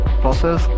process